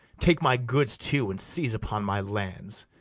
take my goods too, and seize upon my lands.